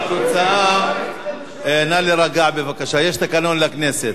התוצאה, נא להירגע, בבקשה, יש תקנון לכנסת.